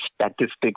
statistics